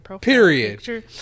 Period